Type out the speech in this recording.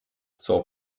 zur